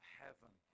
heaven